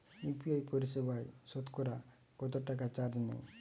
UPI পরিসেবায় সতকরা কতটাকা চার্জ নেয়?